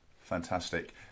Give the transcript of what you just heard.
Fantastic